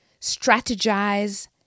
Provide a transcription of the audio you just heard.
strategize